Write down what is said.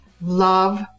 love